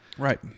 Right